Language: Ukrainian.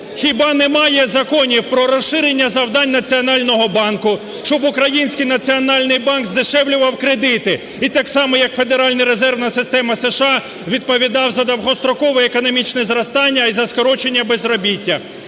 Хіба немає законів про розширення завдань Національного банку, щоб український Національний банк здешевлював кредити, і так само, як Федеральна резервна система США, відповідав за довгострокове економічне зростання і за скорочення безробіття?